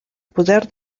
poder